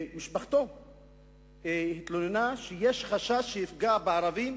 ומשפחתו התלוננה שיש חשש שהוא יפגע בערבים,